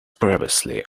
previously